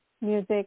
music